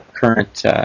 current